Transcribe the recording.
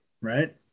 right